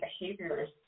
behaviors